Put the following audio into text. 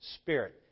Spirit